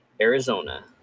Arizona